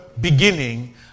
beginning